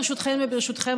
ברשותכן וברשותכם,